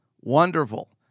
wonderful